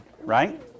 right